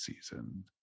season